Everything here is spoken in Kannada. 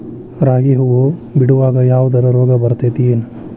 ರಾಗಿ ಹೂವು ಬಿಡುವಾಗ ಯಾವದರ ರೋಗ ಬರತೇತಿ ಏನ್?